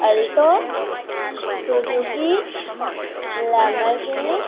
alto Suzuki Lamborghini